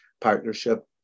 partnership